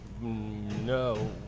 No